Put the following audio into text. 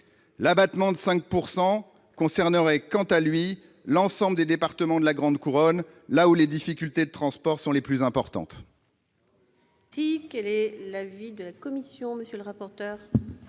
L'abattement de 5 % concernerait quant à lui l'ensemble des départements de la grande couronne, là où les difficultés de transport sont les plus importantes.